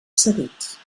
cedits